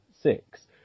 Six